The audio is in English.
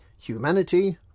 Humanity